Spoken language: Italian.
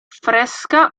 fresca